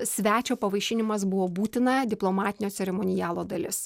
svečio pavaišinimas buvo būtina diplomatinio ceremonialo dalis